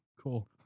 Cool